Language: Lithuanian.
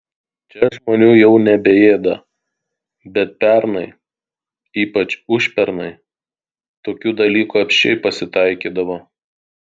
čia žmonių jau nebeėda bet pernai ypač užpernai tokių dalykų apsčiai pasitaikydavo